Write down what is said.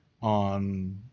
on